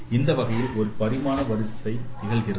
இந்த வகையில் ஒரு பரிமாண வரிசை நிகழ்கிறது